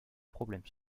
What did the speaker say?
problèmes